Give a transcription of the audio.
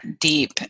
deep